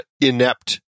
inept